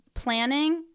planning